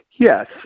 Yes